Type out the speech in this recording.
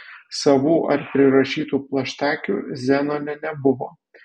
savų ar prirašytų plaštakių zenone nebuvo